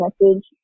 message